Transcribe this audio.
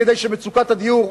כדי שמצוקת הדיור,